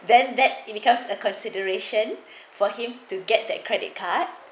then that it becomes a consideration for him to get that credit card